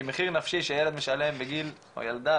כי מחיר נפשי שילד או ילדה משלמים בגיל 13,